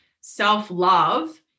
self-love